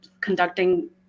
conducting